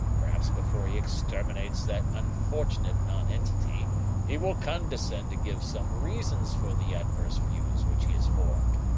perhaps before he exterminates that unfortunate nonentity he will condescend to give some reasons for the adverse views which he has formed.